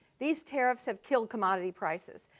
these tariffs have killed commodity prices.